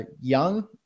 young